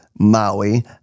Maui